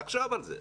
תחשוב על זה.